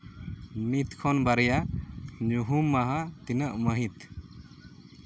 ᱱᱤᱛ ᱠᱷᱚᱱ ᱵᱟᱨᱭᱟ ᱧᱩᱦᱩᱢ ᱢᱟᱦᱟ ᱛᱤᱱᱟᱹᱜ ᱢᱟᱹᱦᱤᱛ